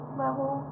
level